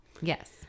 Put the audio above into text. Yes